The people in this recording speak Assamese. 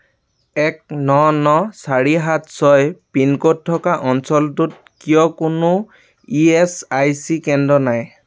এক ন ন চাৰি সাত ছয় পিন ক'ড থকা অঞ্চলটোত কিয় কোনো ই এচ আই চি কেন্দ্র নাই